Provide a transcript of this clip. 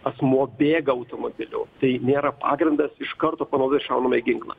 asmuo bėga automobiliu tai nėra pagrindas iš karto panaudoti šaunamąjį ginklą